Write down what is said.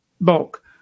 bulk